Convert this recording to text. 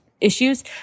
issues